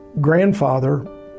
grandfather